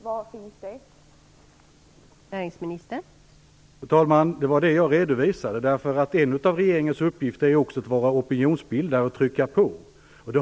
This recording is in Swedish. Var finns det ansvaret?